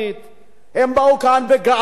הם באו לכאן בגאווה ציונית,